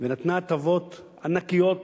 ונתנה הטבות ענקיות